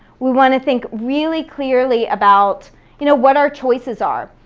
we wanna think really clearly about you know what our choices are.